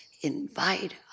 invite